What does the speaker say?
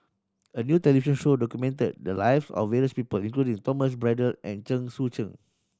a new show documented the live of various people including Thomas Braddell and Chen Sucheng